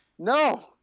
no